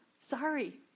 Sorry